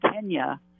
Kenya